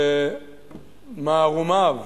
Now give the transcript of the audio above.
במערומיו